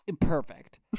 Perfect